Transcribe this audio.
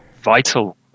vital